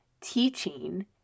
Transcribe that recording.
teaching